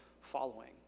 following